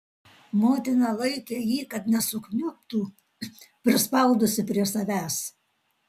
motina laikė jį kad nesukniubtų prispaudusi prie savęs